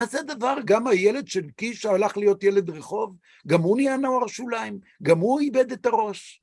כזה דבר, גם הילד של קיש שהלך להיות ילד רחוב, גם הוא נוער שוליים, גם הוא איבד את הראש.